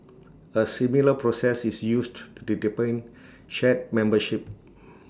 A similar process is used to shard membership